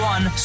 One